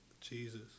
Jesus